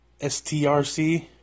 STRC